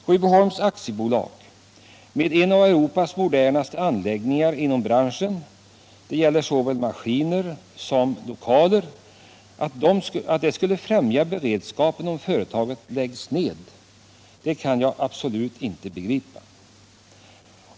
Rydboholms AB har en av Europas modernaste anläggningar inom branschen — det gäller såväl maskiner som lokaler. Att man skulle främja beredskapen om företaget lades ned, det kan jag absolut inte begripa.